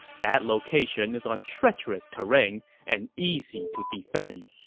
that location is on treacherous terrain and easy to defend.